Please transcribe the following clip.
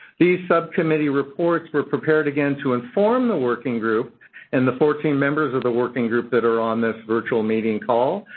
these subcommittee reports were prepared again to inform the working group and the fourteen members of the working group that are on this virtual meeting call.